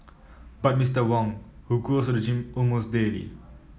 but Mister Wong who goes to the gym almost daily